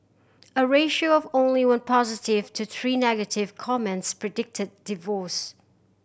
a ratio of only one positive to three negative comments predicted divorce